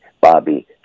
bobby